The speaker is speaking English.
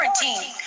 quarantine